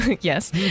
yes